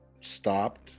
stopped